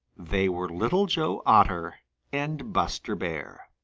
they were little joe otter and buster bear.